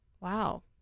Wow